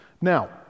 Now